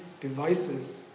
devices